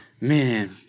Man